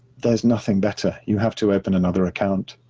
there's nothing better. you have to open another account.